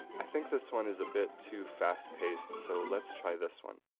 i think this one is a bit too fast paced so, let's try this one.